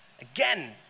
Again